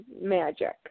magic